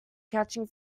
catching